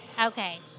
Okay